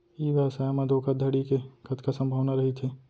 ई व्यवसाय म धोका धड़ी के कतका संभावना रहिथे?